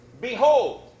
Behold